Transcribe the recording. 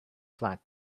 flat